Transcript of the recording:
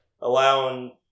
allowing